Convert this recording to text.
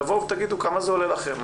תגידו כמה זה עולה לכם,